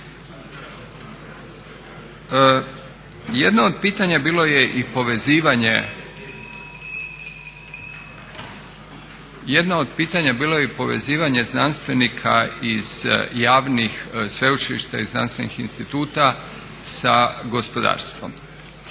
Jedno od pitanja bilo je i povezivanje znanstvenika iz javnih sveučilišta i znanstvenih instituta sa gospodarstvom.